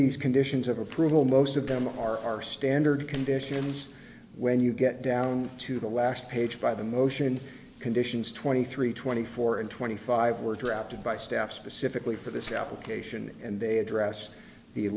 these conditions of approval most of them are our standard conditions when you get down to the last page by the motion conditions twenty three twenty four and twenty five were drafted by staff specifically for this application and they address the